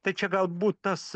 tai čia galbūt tas